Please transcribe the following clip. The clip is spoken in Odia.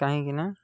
କାହିଁକିନା